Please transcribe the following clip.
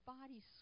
body